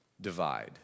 divide